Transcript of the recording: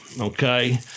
Okay